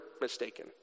mistaken